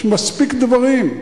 יש מספיק דברים.